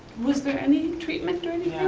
was there any treatment during the.